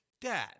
Dad